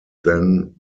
then